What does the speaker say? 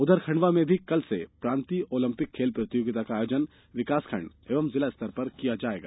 उधर खंडवा में भी कल से प्रांतीय ओलंपिक खेल प्रतियोगिता का आयोजन विकासखंड एवं जिलास्तर पर किया जायेगा